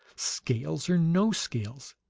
scales or no scales.